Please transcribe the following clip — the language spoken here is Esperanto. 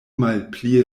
malpli